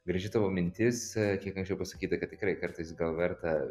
graži tavo mintis kiek anksčiau pasakyta kad tikrai kartais gal verta